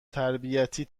تربیتی